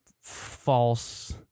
false